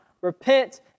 Repent